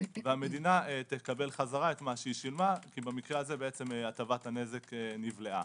והמדינה תקבל חזרה את מה ששילמה כי במקרה הזה הטבת הנזק נבלעה.